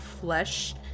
flesh